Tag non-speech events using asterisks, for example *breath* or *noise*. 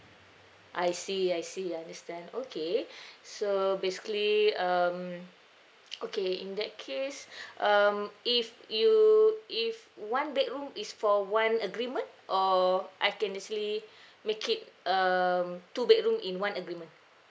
I see I see I understand okay *breath* so basically um okay in that case *breath* um if you if one bedroom is for one agreement or I can actually make it um two bedroom in one agreement